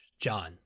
John